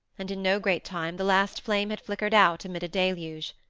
and in no great time the last flame had flickered out amid a deluge.